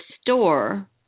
Store